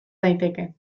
daiteke